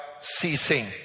ceasing